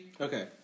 Okay